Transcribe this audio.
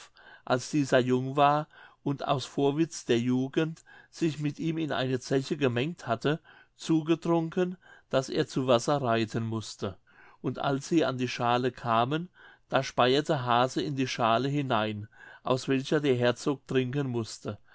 als dieser jung war und aus vorwitz der jugend sich mit ihm in eine zeche gemengt hatte zugetrunken daß er zu wasser reiten mußte und als sie an die schale kamen da speiete hase in die schale hinein aus welcher der herzog trinken mußte